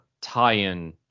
tie-in